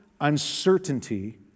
uncertainty